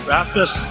Rasmus